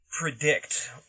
predict